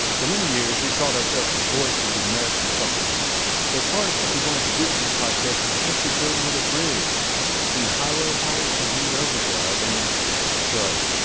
for many years, we've called ourselves the voice of the american trucker and so part of what we wanted to do with this podcast was to actually build a little bridge between the highway haulers who read overdrive and well,